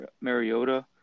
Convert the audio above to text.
Mariota